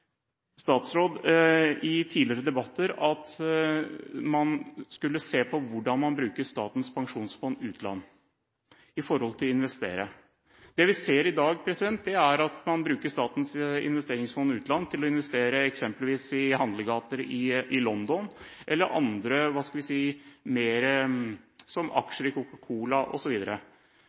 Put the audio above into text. statsråd i tidligere debatter at man skulle se på hvordan man bruker Statens pensjonsfond utland med tanke på å investere. Det vi ser i dag, er at man bruker Statens pensjonsfond utland til å investere eksempelvis i handlegater i London eller